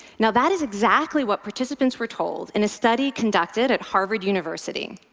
now that is exactly what participants were told in a study conducted at harvard university.